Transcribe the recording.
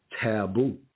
taboo